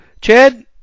Chad